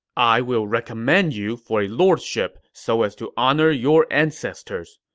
i will recommend you for a lordship so as to honor your ancestors.